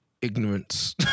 Ignorance